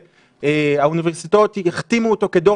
כך שהאוניברסיטאות הכתימו אותו כדור